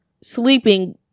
sleeping